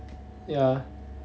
ya